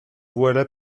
voilà